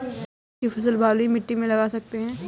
क्या आलू की फसल बलुई मिट्टी में लगा सकते हैं?